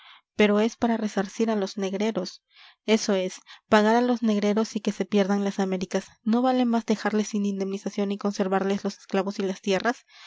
pero es para resarcir a los negreros eso es pagar a los negreros y que se pierdan las américas no vale más dejarles sin indemnización y conservarles los esclavos y las tierras